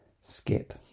Skip